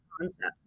concepts